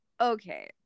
okay